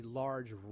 large